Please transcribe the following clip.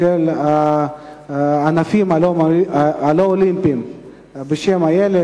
של הענפים הלא-אולימפיים בשם "אילת".